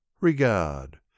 regard